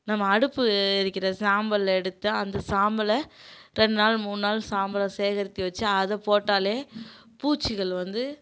நம்ம அடுப்பு எரிக்கிற சாம்பல் எடுத்து அந்த சாம்பலை ரெண்டு நாள் மூணு நாள் சாம்பலை சேகரித்து வச்சி அதை போட்டால் பூச்சிகள் வந்து